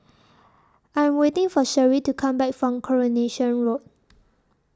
I Am waiting For Sherree to Come Back from Coronation Road